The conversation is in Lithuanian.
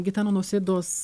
gitano nausėdos